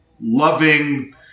loving